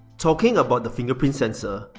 talking about the fingerprint sensor,